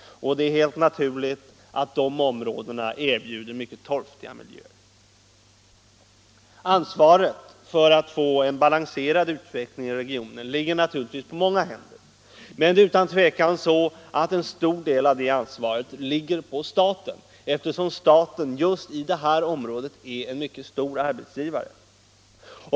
Det är helt naturligt att de områdena erbjuder mycket torftiga miljöer. Ansvaret för att få en balanserad utveckling i regionen ligger naturligtvis på många händer, men utan tvivel ligger en stor del av det ansvaret på staten, eftersom staten just i detta område är en så stor arbetsgivare.